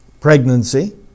pregnancy